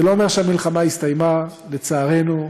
זה לא אומר שהמלחמה הסתיימה, לצערנו.